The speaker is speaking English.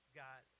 got